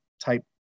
type